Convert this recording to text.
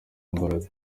imbaraga